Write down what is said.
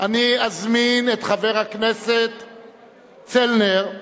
אני אזמין את חבר הכנסת צלנר,